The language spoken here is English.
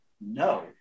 no